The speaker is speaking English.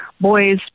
Boys